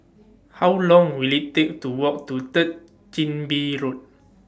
How Long Will IT Take to Walk to Third Chin Bee Road